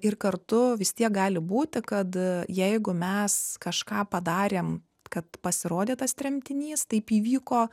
ir kartu vis tiek gali būti kad jeigu mes kažką padarėm kad pasirodė tas tremtinys taip įvyko